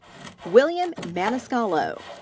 william maniscalco,